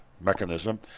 mechanism